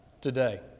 today